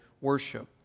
worship